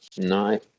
No